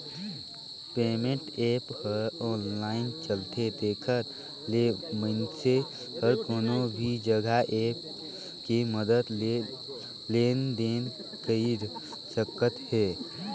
payment app ह online चलथे तेखर ले मइनसे हर कोनो भी जघा ऐप के मदद ले लेन देन कइर सकत हे